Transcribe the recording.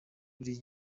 buri